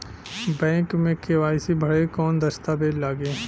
Bank मे KYC भरेला कवन दस्ता वेज लागी?